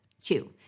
Two